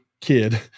kid